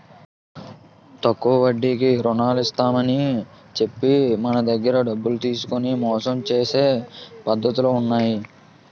తక్కువ వడ్డీకి రుణాలు ఇస్తామని చెప్పి మన దగ్గర డబ్బులు తీసుకొని మోసం చేసే పద్ధతులు ఉన్నాయి